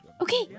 Okay